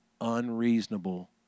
unreasonable